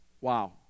Wow